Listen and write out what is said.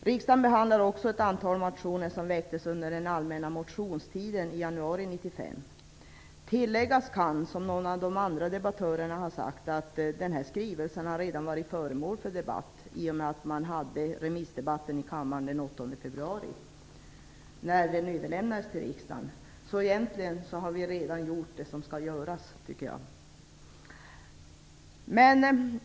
Riksdagen behandlar också ett antal motioner som väcktes under den allmänna motionstiden i januari 1995. Tilläggas kan, som någon av de andra debattörerna har gjort, att skrivelsen redan har varit föremål för debatt, i och med den remissdebatt man hade i kammaren den 8 februari när skrivelsen överlämnades till riksdagen. Egentligen har vi redan gjort det som skall göras, tycker jag.